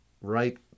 right